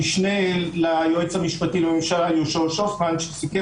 המשנה ליועץ המשפטי לממשלה יהושע הופמן שסיכם